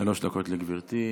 דקות לגברתי,